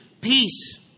peace